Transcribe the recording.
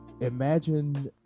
imagine